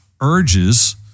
urges